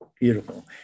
Beautiful